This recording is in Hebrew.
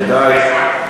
כדאי.